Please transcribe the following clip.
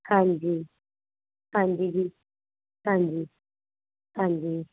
ਹਾਂਜੀ ਹਾਂਜੀ ਜੀ ਹਾਂਜੀ ਹਾਂਜੀ